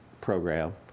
program